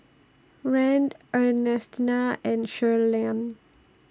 Rand Ernestina and Shirleyann